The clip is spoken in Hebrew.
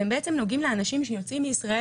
והם בעצם נוגעים לאנשים שיוצאים מישראל